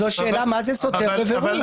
זו שאלה מה זה סותר בבירור.